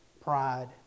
pride